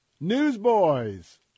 Newsboys